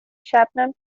شبنم